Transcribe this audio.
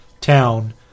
town